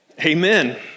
Amen